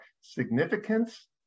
significance